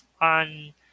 on